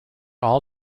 all